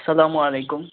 السلامُ علیکُم